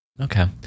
Okay